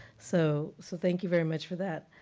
so so thank you very much for that.